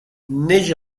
neix